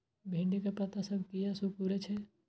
भिंडी के पत्ता सब किया सुकूरे छे?